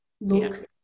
look